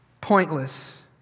pointless